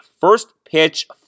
first-pitch